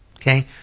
Okay